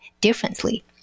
differently